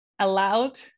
allowed